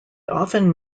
often